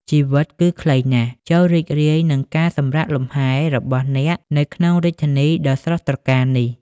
ជីវិតគឺខ្លីណាស់ ចូររីករាយនឹងការសម្រាកលំហែ របស់អ្នកនៅក្នុងរាជធានីដ៏ស្រស់ត្រកាលនេះ។